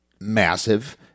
massive